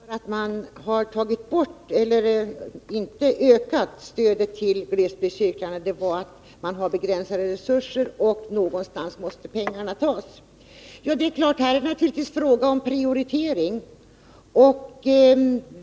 Herr talman! Bengt Wiklund säger att motivet för att man inte har ökat stödet till glesbygdscirklarna är att resurserna är begränsade och att inbesparingarna måste göras någonstans. Ja, det är klart att det här är fråga om prioritering.